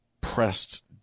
pressed